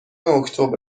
اکتبر